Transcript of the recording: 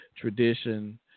tradition